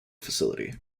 facility